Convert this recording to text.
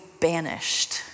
banished